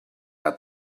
out